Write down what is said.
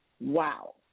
Wow